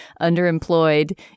underemployed